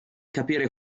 capire